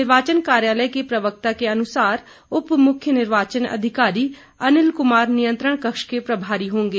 निर्वाचन कार्यालय के प्रवक्ता के अनुसार उपमुख्य निर्वाचन अधिकारी अनिल कुमार नियंत्रण कक्ष के प्रभारी होंगे